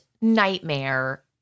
nightmare